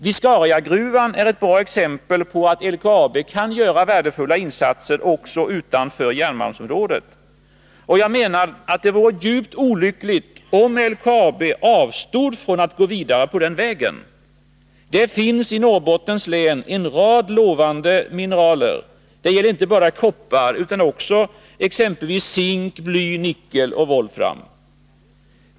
Viscariagruvan är ett bra exempel på att LKAB kan göra värdefulla insatser också utanför järnmalmsområdet. Jag menar att det vore djupt olyckligt om LKAB avstod från att gå vidare på den vägen. Det finns i Norrbottens län en rad lovande mineraltillgångar. Det gäller inte bara koppar utan också exempelvis zink, bly, nickel och volfram.